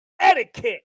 etiquette